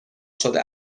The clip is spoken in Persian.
شده